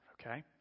okay